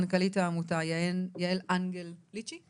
מנכ"לית העמותה, יעל אנגל ליצ'י.